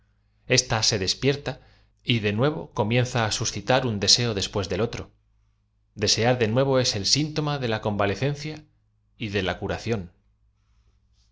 ésta se despierta y de nuevo com ienza á suscitar un deseo después del otro deaear de nuevo es el síntoma de la convalecencia y de la curación